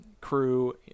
crew